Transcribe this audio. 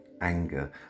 anger